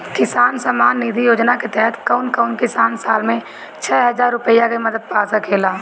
किसान सम्मान निधि योजना के तहत कउन कउन किसान साल में छह हजार रूपया के मदद पा सकेला?